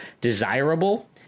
desirable